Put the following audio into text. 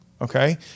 okay